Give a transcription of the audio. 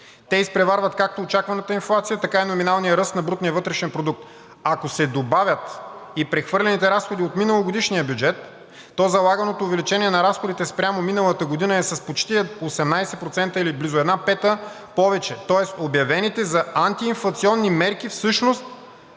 Те изпреварват както очакваната инфлация, така и номиналния ръст на брутния вътрешен продукт. Ако се добавят и прехвърлените разходи от миналогодишния бюджет, то залаганото увеличение на разходите спрямо миналата година е с почти 18%, или близо една пета повече, тоест обявените за антиинфлационни мерки всъщност